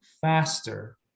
faster